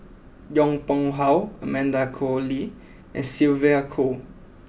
Yong Pung how Amanda Koe Lee and Sylvia Kho